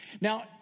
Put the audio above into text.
Now